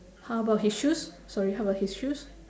how about his shoes sorry how about his shoes